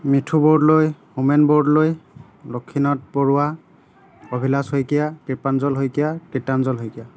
Mithu Bordoloi Homen Bordoloi Lakshinath Baruah Abhilash Saikia Kripanjal Saikia Kirtanjal Saikia